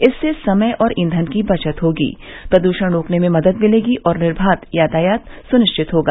इससे समय और ईंधन की बचत होगी प्रद्षण रोकने में मदद मिलेगी और निर्बाध यातायात सुनिश्चित होगा